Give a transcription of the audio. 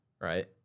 right